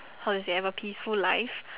how do you say have a peaceful life